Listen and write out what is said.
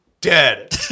dead